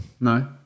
No